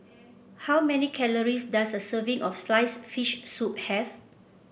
how many calories does a serving of sliced fish soup have